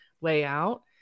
layout